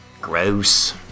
Gross